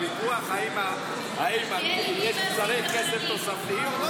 הוויכוח הוא אם צריך כסף תוספתי או לא צריך.